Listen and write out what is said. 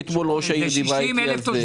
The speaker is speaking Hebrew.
רק אתמול ראשת העיר דיברה איתי על זה.